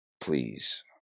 please